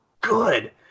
good